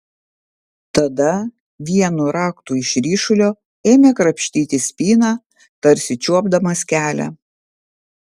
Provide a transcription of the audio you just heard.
tada vienu raktu iš ryšulio ėmė krapštyti spyną tarsi čiuopdamas kelią